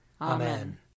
Amen